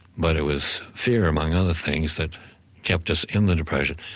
but it was fear, among other things, that kept us in the depression.